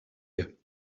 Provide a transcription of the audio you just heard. you